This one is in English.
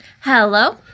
Hello